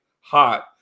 Hot